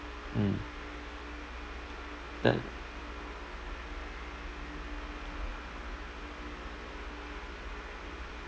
mm then